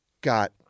got